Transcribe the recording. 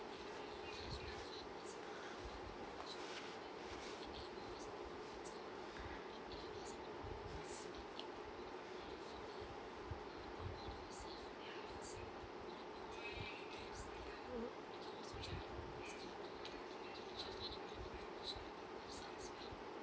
mmhmm